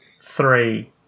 three